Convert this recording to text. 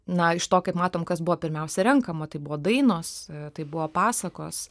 na iš to kaip matom kas buvo pirmiausia renkama tai buvo dainos tai buvo pasakos